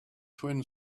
twin